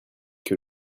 que